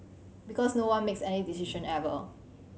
because no one makes any decision ever